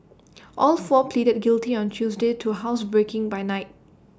all four pleaded guilty on Tuesday to housebreaking by night